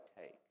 take